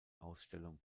ausstellung